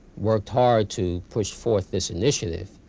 worked hard to push forth this initiative,